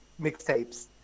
mixtapes